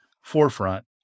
forefront